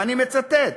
ואני מצטט,